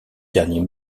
dernier